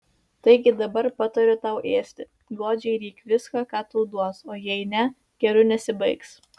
taigi dabar patariu tau ėsti godžiai ryk viską ką tau duos o jei ne geru nesibaigs